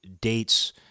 dates